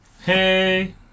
Hey